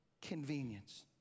convenience